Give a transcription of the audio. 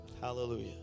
Hallelujah